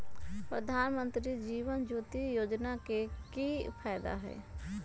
प्रधानमंत्री जीवन ज्योति योजना के की फायदा हई?